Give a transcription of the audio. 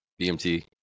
BMT